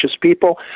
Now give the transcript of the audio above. people